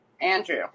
Andrew